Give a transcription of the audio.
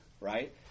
right